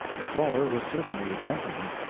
the caller was certainly a gentleman,